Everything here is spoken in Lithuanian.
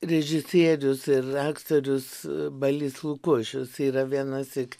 režisierius ir aktorius balys lukošius yra vienąsyk